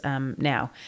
now